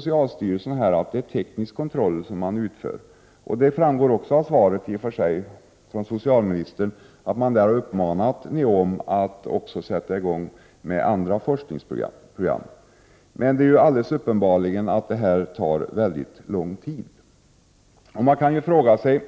Socialstyrelsen säger att det är teknisk kontroll som utförs. Det framgår av socialministerns svar att NIOM har uppmanats att sätta i gång också med andra forskningsprogram. Det är emellertid alldeles uppenbart att detta tar lång tid. Man kan fråga sig